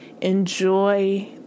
Enjoy